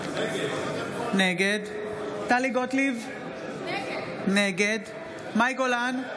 נגד טלי גוטליב, נגד מאי גולן,